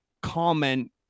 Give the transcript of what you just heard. comment